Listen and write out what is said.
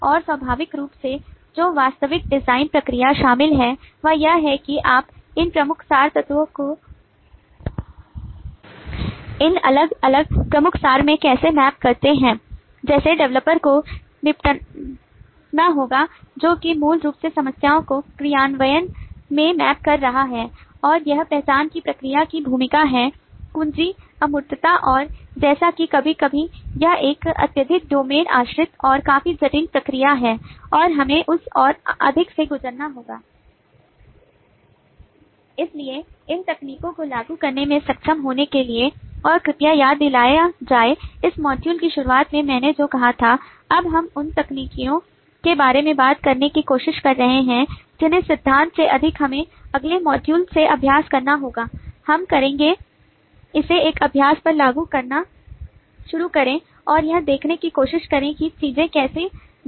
और स्वाभाविक रूप से जो वास्तविक डिजाइन प्रक्रिया शामिल है वह यह है कि आप इन प्रमुख सार तत्वों को इन अलग अलग प्रमुख सार में कैसे map करते हैं जिसे डेवलपर developer को निपटना होगा जो कि मूल रूप से समस्याओं को क्रियान्वयन में मैप कर रहा है और यह पहचान की प्रक्रिया की भूमिका है कुंजी अमूर्तता और जैसा कि कभी कभी यह एक अत्यधिक डोमेन आश्रित और काफी जटिल प्रक्रिया है और हमें उस और अधिक से गुजरना होगा इसलिए इन तकनीकों को लागू करने में सक्षम होने के लिए और कृपया याद दिलाया जाए इस मॉड्यूल की शुरुआत में मैंने जो कहा था अब हम उन तकनीकों के बारे में बात करने की कोशिश कर रहे हैं जिन्हें सिद्धांत से अधिक हमें अगले मॉड्यूल से अभ्यास करना होगा हम करेंगे इसे एक अभ्यास पर लागू करना शुरू करें और यह देखने की कोशिश करें कि चीजें कैसे जाती हैं